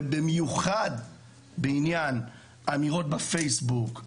ובמיוחד בעניין אמירות בפייסבוק,